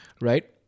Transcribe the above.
Right